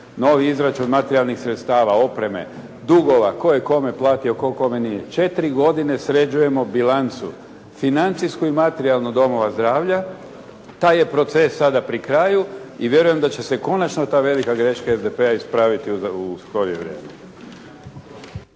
novi izračun materijalnih sredstava, opreme, dugova, tko je kome platio, tko kome nije. 4 godine sređujemo bilancu, financijsku i materijalnu domova zdravlja. Taj je proces sada pri kraju i vjerujem da će se konačno ta velika greška SDP-a ispraviti u skorije vrijeme.